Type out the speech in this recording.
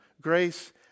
grace